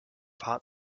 hot